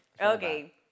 Okay